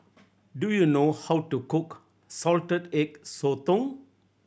do you know how to cook Salted Egg Sotong